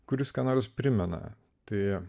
kuris ką nors primena tai